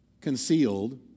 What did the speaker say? concealed